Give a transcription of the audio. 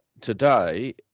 Today